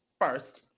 First